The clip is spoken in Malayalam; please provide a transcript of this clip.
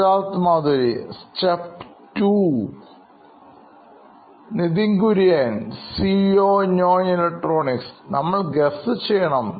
Siddharth Maturi CEO Knoin Electronics step 2 Nithin Kurian COO Knoin Electronics നമ്മൾ GUESS ചെയ്യണം